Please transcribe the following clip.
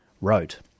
wrote